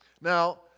Now